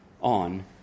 on